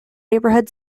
neighborhood